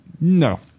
No